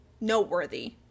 noteworthy